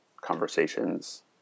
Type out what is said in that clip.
conversations